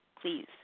please